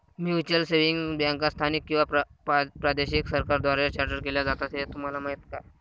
Mutual savings बँका स्थानिक किंवा प्रादेशिक सरकारांद्वारे चार्टर्ड केल्या जातात हे तुम्हाला माहीत का?